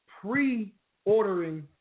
pre-ordering